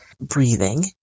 breathing